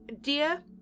Dear